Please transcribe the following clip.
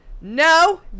No